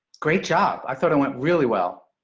great job. i thought it went really well.